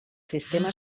sistema